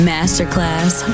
Masterclass